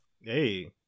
hey